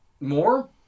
More